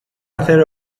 hacer